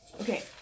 Okay